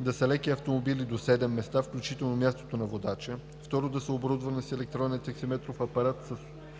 да са леки автомобили до седем места, включително мястото на водача; 2. да са оборудвани с електронен таксиметров апарат с